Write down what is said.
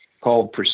called